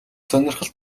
сонирхол